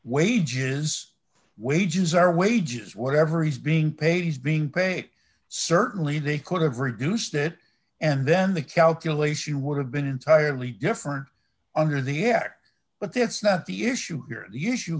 wages wages are wages whatever he's being paid he's being paid certainly they could have reduced it and then the calculation would have been entirely different under the act but that's not the issue he